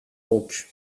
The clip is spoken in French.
donc